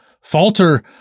Falter